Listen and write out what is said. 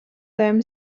them